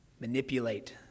manipulate